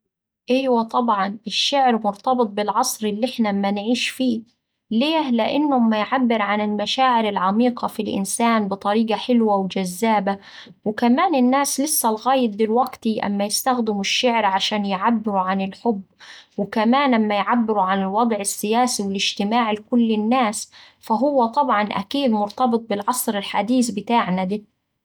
إيوا طبعا، الشعر مرتبط بالعصر اللي إحنا أما نعيش فيه. ليه، لإنه أما يعبر عن المشاعر العميقة في الإنسان بطريقة حلوة وجذابة كمان، وكمان الناس لسا لغاية دلوقت أما يستخدمو الشعر عشان يعبرو عن الحب وكمان الوضع السياسي والاجتماعي لكل الناس فهو طبعا أكيد مرتبط بالعصر الحديث بتاعنا ده.